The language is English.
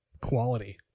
quality